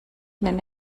nenne